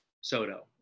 Soto